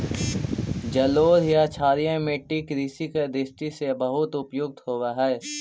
जलोढ़ या क्षारीय मट्टी कृषि के दृष्टि से बहुत उपयुक्त होवऽ हइ